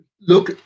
Look